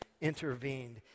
intervened